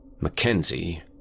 Mackenzie